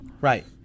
Right